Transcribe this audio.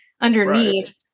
underneath